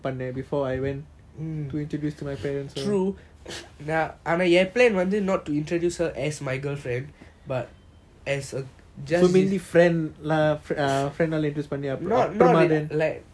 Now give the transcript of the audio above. பண்ணன்:pannan before I went to introduce to my parents so mainly friend lah